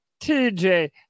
TJ